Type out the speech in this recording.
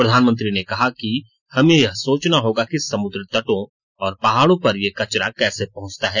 प्रधानमंत्री ने कहा कि हमें यह सोचना होगा कि समुद्र तटों और पहाड़ों पर ये कचरा कैसे पहुंचता है